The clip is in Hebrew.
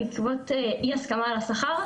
בעקבות אי הסכמה על השכר,